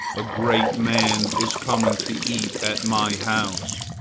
a great man is coming to eat at my house.